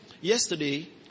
Yesterday